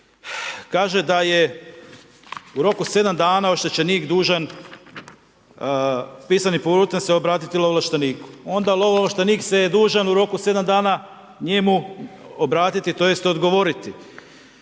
kaže da je u roku 7 dana oštećenik dužan pisanim putem se obratiti lovo ovlašteniku. Onda lovo ovlaštenik se je dužan u roku 7 dana njemu obratiti tj. odgovoriti.